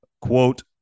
quote